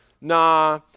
nah